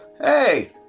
hey